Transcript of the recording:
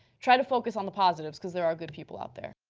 try to focus on the positives because there are good people out there.